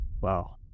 Wow